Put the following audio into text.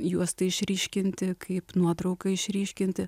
juostą išryškinti kaip nuotrauką išryškinti